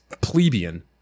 plebeian